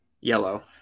Yellow